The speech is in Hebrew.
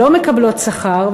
לא מקבלות שכר,